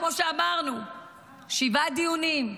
כמו שאמרנו שיהיו שבעה דיונים,